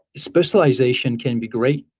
specialization can be great.